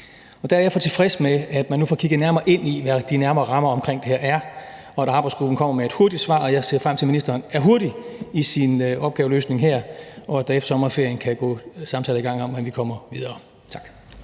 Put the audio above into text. Derfor er jeg tilfreds med, at man nu får kigget nærmere ind i, hvad de nærmere rammer omkring det her er, og at arbejdsgruppen kommer med et hurtigt svar, og jeg ser frem til, ministeren er hurtig i sin opgaveløsning her, og at der efter sommerferien kan gå samtaler i gang om, at vi kommer videre. Tak.